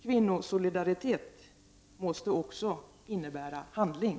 Kvinnosolidaritet måste också innebära handling.